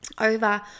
over